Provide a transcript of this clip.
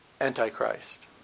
Antichrist